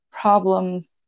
problems